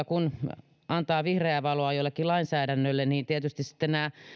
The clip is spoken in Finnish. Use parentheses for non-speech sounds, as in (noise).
(unintelligible) kun perustuslakivaliokunta antaa vihreää valoa jollekin lainsäädännölle niin tietysti nämä